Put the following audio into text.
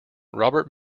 robert